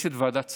יש ועדת צדוק.